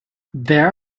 there